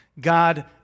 God